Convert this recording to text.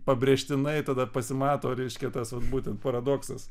pabrėžtinai tada pasimato reiškia tas būtent paradoksas